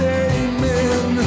amen